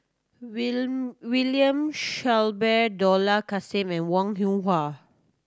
William Shellabear Dollah Kassim and Wong Hoon Wah